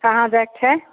कहाँ दैके छै